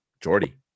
Jordy